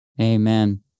Amen